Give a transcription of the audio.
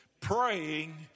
praying